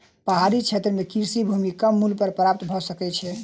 पहाड़ी क्षेत्र में कृषि भूमि कम मूल्य पर प्राप्त भ सकै छै